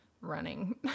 running